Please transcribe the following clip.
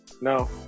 No